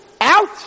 out